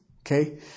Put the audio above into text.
Okay